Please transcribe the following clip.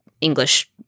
English